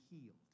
healed